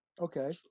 Okay